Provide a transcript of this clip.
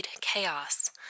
chaos